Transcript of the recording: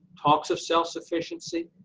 talks of self-sufficiency,